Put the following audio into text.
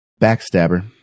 Backstabber